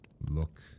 look